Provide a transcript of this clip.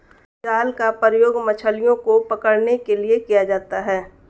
जाल का प्रयोग मछलियो को पकड़ने के लिये किया जाता है